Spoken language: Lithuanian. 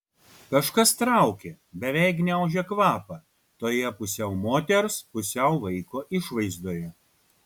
kažkas traukė beveik gniaužė kvapą toje pusiau moters pusiau vaiko išvaizdoje